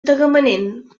tagamanent